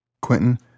Quentin